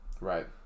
Right